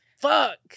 Fuck